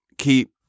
Keep